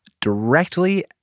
directly